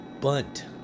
Bunt